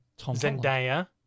Zendaya